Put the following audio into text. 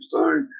Sorry